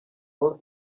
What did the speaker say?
all